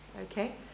okay